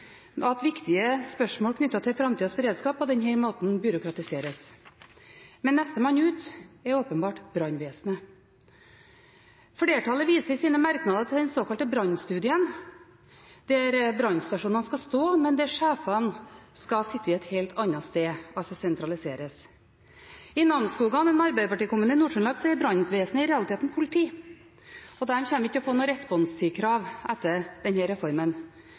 viktige spørsmål knyttet til framtidas beredskap på denne måten byråkratiseres, men nestemann ut er åpenbart brannvesenet. Flertallet viser i sine merknader til den såkalte Brannstudien, der brannstasjonene skal stå, men der sjefene skal sitte et helt annet sted, altså sentraliseres. I Namsskogan, en arbeiderpartikommune i Nord-Trøndelag, er brannvesenet i realiteten politi, og de kommer ikke til å få noe responstidkrav etter denne reformen.